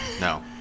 No